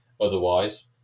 Otherwise